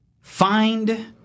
find